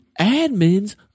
admins